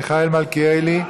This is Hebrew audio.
מיכאל מלכיאלי,